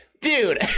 Dude